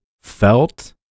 felt